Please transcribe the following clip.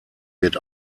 wird